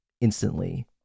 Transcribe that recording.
instantly